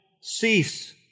cease